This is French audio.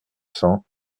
cents